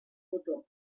botó